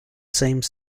same